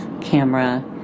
camera